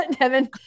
Devin